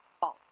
...fault